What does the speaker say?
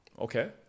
Okay